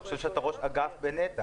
שאתה חושב שאתה ראש אגף בנת"ע.